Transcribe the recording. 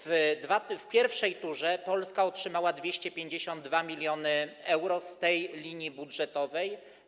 W pierwszej turze Polska otrzymała 252 mln euro z tej linii budżetowej.